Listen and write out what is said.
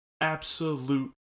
absolute